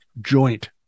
joint